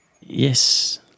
Yes